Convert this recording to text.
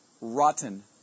rotten